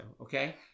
Okay